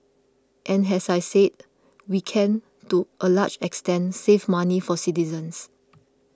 and as I said we can to a large extent save money for citizens